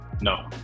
No